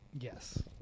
Yes